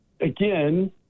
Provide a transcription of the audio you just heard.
Again